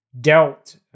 dealt